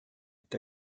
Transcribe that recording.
est